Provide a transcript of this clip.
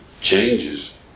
changes